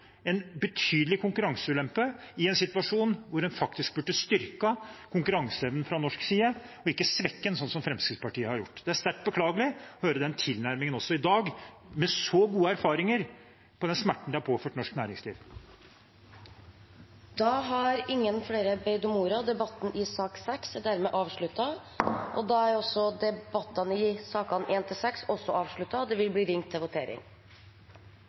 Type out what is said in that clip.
en betydelig konkurranseulempe i en situasjon hvor en faktisk burde styrket konkurranseevnen fra norsk side og ikke svekket den, slik som Fremskrittspartiet har gjort. Det er sterkt beklagelig å høre den tilnærmingen også i dag, med så gode erfaringer på den smerten de har påført norsk næringsliv. Flere har ikke bedt om ordet til sak nr. 6. Da er Stortinget klar til å gå til votering over sakene på dagens kart. Det voteres over lovens overskrift og loven i sin helhet. Lovvedtaket vil bli ført opp til